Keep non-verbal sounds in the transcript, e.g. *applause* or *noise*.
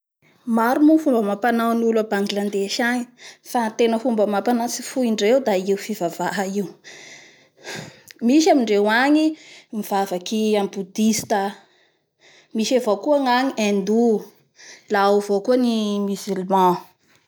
Maro moa ny fomba amampanaon'ny olo a Bangaldesh agny fa ny tena fomba amampanao tsy foindreo da io fivavaha io *noise* Misy amindreo agny mivavaky amin'ny Boudiste. Misy avao koa ny agny indou la ao avao koa ny Musulman.